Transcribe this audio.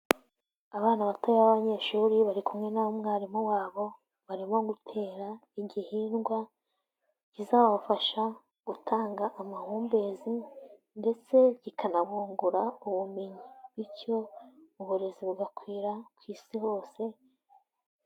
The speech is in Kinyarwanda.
Abana batoya b'abanyeshuri bari kumwe na mwarimu wabo, barimo gutera igihingwa kizabafasha gutanga amahumbezi ndetse kikanabungura ubumenyi bityo uburezi bugakwira ku isi hose.